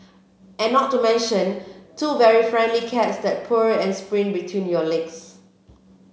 and not to mention two very friendly cats that purr and sprint between your legs